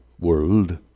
world